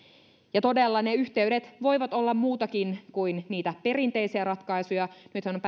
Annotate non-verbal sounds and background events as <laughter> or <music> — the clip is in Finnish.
ja todella ne yhteydet voivat olla muutakin kuin niitä perinteisiä ratkaisuja nythän on <unintelligible>